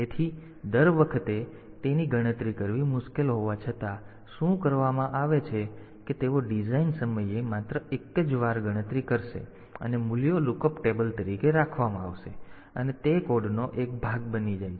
તેથી દર વખતે તેની ગણતરી કરવી મુશ્કેલ હોવા છતાં શું કરવામાં આવે છે કે તેઓ ડિઝાઇન સમયે માત્ર એક જ વાર ગણતરી કરવામાં આવે છે અને મૂલ્યો લુકઅપ ટેબલ તરીકે રાખવામાં આવે છે અને તે કોડનો એક ભાગ બની જાય છે